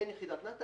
אין יחידת נת"א,